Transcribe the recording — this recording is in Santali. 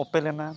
ᱚᱯᱮᱞᱮᱱᱟ